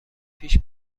پیش